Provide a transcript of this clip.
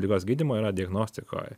ligos gydymo yra diagnostikoj